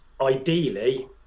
ideally